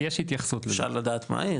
אפשר לדעת מהי?